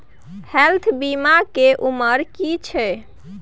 Health बीमा के उमर की छै?